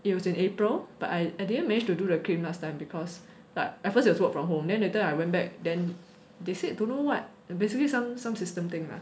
it was in april but I I didn't manage to do the claim last time because like at first it was work from home then later I went back then they said don't know what basically some some system thing lah